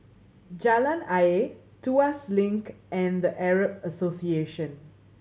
Jalan Ayer Tuas Link and The Arab Association